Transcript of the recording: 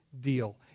deal